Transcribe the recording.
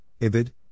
Ibid